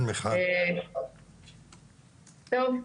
טוב,